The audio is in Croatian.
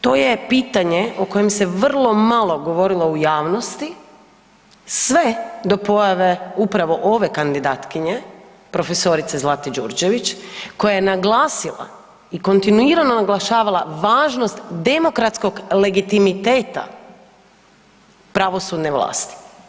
To je pitanje o kojem se vrlo govorilo u javnosti, sve do pojave uprave ove kandidatkinje, prof. Zlate Đurđević koja je naglasila i kontinuirano naglašavala važnost demokratskog legitimiteta pravosudne vlasti.